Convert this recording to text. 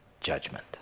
judgment